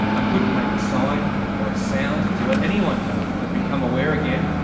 i couldn't make a sign or a sound to let anyone know i'd become aware again.